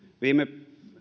viime